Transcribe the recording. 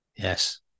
Yes